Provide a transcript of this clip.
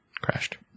crashed